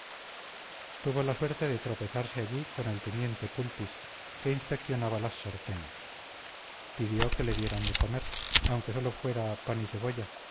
tuvo la suerte de tropezarse allí con el teniente pulpis que inspeccionaba las sartenes pidió que le dieran de comer aunque sólo fuera pan y cebolla